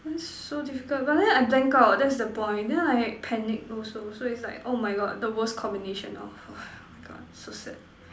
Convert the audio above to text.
that's so difficult but then I blank out that's the point then I panic also so is like oh my God the worst combination lor oh my God so sad